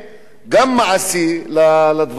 גם מעשי, לדברים האלה.